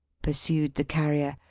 pursued the carrier.